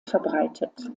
verbreitet